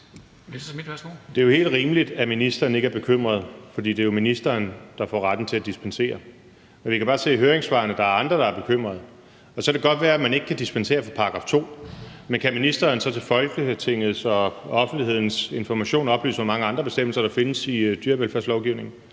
Det er helt rimeligt, at ministeren ikke er bekymret, for det er jo ministeren, der får retten til at dispensere. Vi kan bare se i høringssvarene, at der er andre, der er bekymrede. Så kan det godt være, at man ikke kan dispensere fra § 2, men kan ministeren så til Folketingets og offentlighedens information oplyse, hvor mange andre bestemmelser der findes i dyrevelfærdslovgivningen?